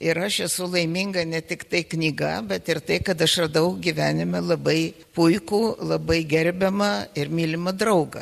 ir aš esu laiminga ne tiktai knyga bet ir tai kad aš radau gyvenime labai puiku labai gerbiamą ir mylimą draugą